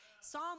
Psalm